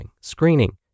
screening